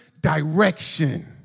direction